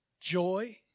Joy